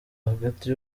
hagati